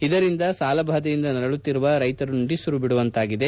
ಇದರಿಂದ ಸಾಲಬಾದೆಯಿಂದ ನರಳುತ್ತಿರುವ ರೈತರು ನಿಟ್ಟುಸಿರು ಬಿಡುವಂತಾಗಿದೆ